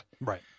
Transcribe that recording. Right